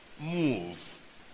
move